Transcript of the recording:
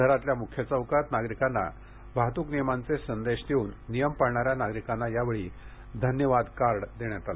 शहरातल्या मुख्य चौकात नागरिकांना वाहतूक नियमांचे संदेश देवून नियम पाळणा या नागरिकांना यावेळी धन्यवाद कार्ड देण्यात आले